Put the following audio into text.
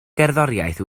gerddoriaeth